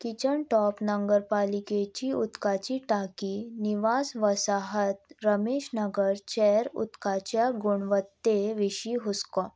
kitchen top नगरपालिकेची उदकाची टांकी निवास वसाहत रमेश नगरचेर उदकाच्या गुणवत्ते विशीं हुसको